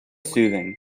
soothing